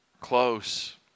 close